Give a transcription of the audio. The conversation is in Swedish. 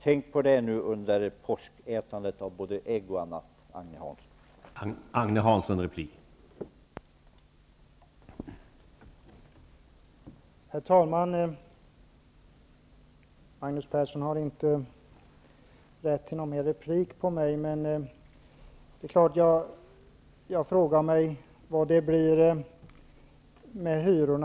Tänk på det under ätandet av påskägg och annat, Agne Hansson!